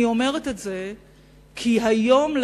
אני אומרת את זה כי היום,